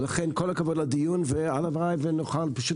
לכן כל הכבוד על הדיון והלוואי ונוכל פשוט